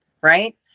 right